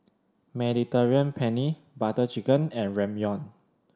Mediterranean Penne Butter Chicken and Ramyeon